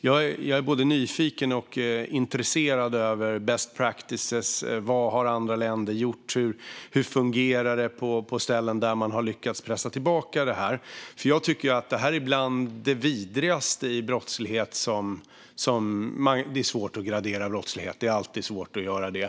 Jag är både nyfiken på och intresserad av best practices. Vad har andra länder gjort? Hur fungerar det på ställen där man har lyckats pressa tillbaka det? Det här är bland det vidrigaste i brottslighet. Det är svårt att gradera brottslighet. Det är alltid svårt att göra det.